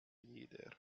jeder